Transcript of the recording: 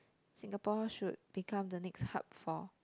Singapore should become the next hub for